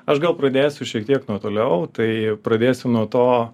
aš gal pradėsiu šiek tiek nuo toliau tai pradėsiu nuo to